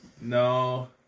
no